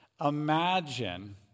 imagine